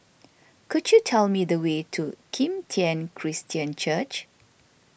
could you tell me the way to Kim Tian Christian Church